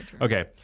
Okay